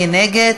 מי נגד?